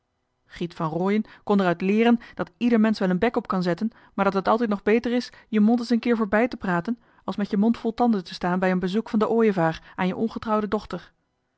kon d'er uit leeren dat ieder mensch wel johan de meester de zonde in het deftige dorp een bek op kan zetten maar dat het altijd nog beter is je mond es en keer voorbij te praten als met je mond vol tanden te staan bij een bezoek van de ooievaar aan je ongetrouwde dochter